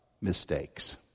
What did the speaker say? mistakes